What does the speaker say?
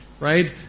right